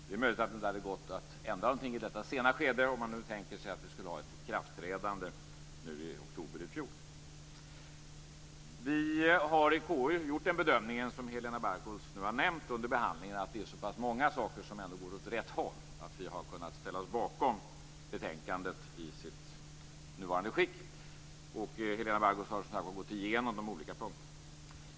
Det är möjligt att det inte hade gått att ändra någonting i detta sena skede om man nu tänker sig att vi skulle ha haft ett ikraftträdande i oktober i fjol. Vi har under behandlingen i KU gjort den bedömning som Helena Bargholtz har nämnt att det är så pass många saker som ändå går åt rätt håll att vi har kunnat ställa oss bakom betänkandet i sitt nuvarande skick. Helena Bargholtz har som sagt var gått igenom de olika punkterna.